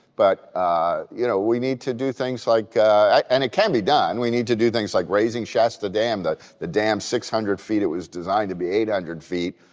but ah you know we need to do things like and it can be done we need to do things like raising shasta dam, the the dam six hundred feet, it was designed to be eight hundred feet,